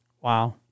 Wow